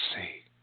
see